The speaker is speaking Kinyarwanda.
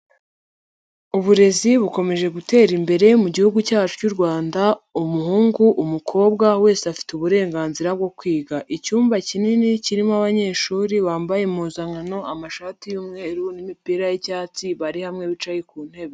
Uburezi bukomeje gutera imbere mu gihugu cyacu cy'u Rwanda, umuhungu, umukobwa, wese afite uburenganzira bwo kwiga. Icyumba kinini kirimo abanyeshuri bambaye impuzankano, amashati y'umweru n'imipira y'icyatsi, bari hamwe bicaye ku ntebe.